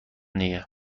دیگه